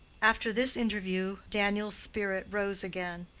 after this interview daniel's spirit rose again.